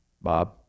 Bob